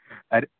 અરે